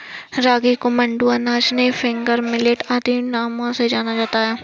रागी को मंडुआ नाचनी फिंगर मिलेट आदि नामों से जाना जाता है